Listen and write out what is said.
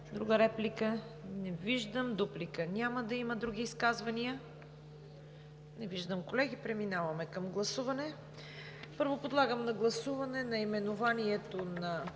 Друга реплика? Не виждам. Дуплика няма да има. Други изказвания? Не виждам. Колеги, преминаваме към гласуване. Първо, подлагам на гласуване наименованието на